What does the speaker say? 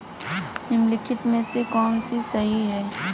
निम्नलिखित में से कौन सा सही है?